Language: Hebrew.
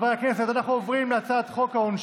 זו האמת, שיפסיקו למכור לנו לוקשים.